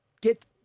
get